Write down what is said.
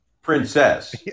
Princess